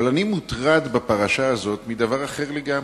אבל אני מוטרד בפרשה הזאת מדבר אחר לגמרי.